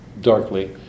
darkly